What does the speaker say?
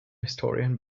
historian